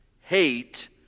hate